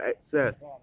access